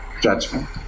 judgment